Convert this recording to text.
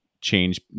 change